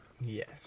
yes